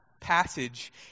passage